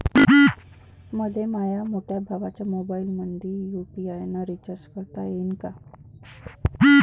मले माह्या मोठ्या भावाच्या मोबाईलमंदी यू.पी.आय न रिचार्ज करता येईन का?